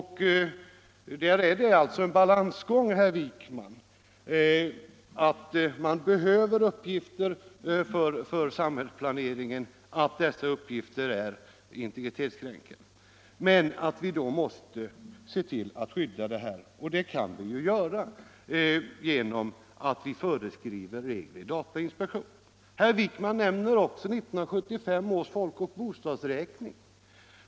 Här blir det alltså en balansgång, herr Wijkman: man behöver uppgifter för samhällsplaneringen och dessa uppgifter kan vara integritetskränkande, varför vi måste:se till att det skapas ett skydd. Det kan vi ju göra genom att vi föreskriver regler i datainspektionen. Herr Wijkman nämnde också 1975 års folkoch bostadsräkning.